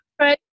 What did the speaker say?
Right